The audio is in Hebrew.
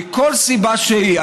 מכל סיבה שהיא,